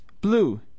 blue